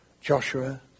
Joshua